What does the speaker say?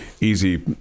easy